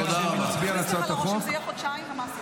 ההצבעה עוד שבועיים, ואנחנו נתאם.